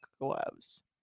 gloves